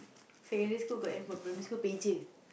secondary school got handphone primary school pager